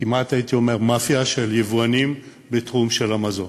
כמעט הייתי אומר מאפיה, של יבואנים בתחום המזון.